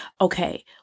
okay